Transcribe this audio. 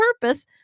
purpose